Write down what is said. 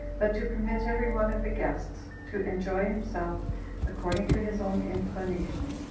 but to permit every one of the guests to enjoy himself according to his own inclination.